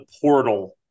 portal